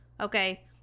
Okay